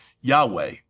Yahweh